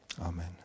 Amen